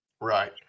Right